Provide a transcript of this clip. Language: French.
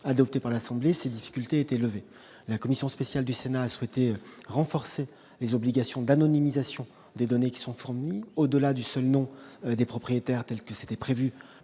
adopté par l'Assemblée, ces difficultés était levé, la commission spéciale du Sénat a souhaité renforcer les obligations d'anonymisation des données qui sont fournis, au-delà du seul nom des propriétaires tels que c'était prévu